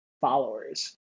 followers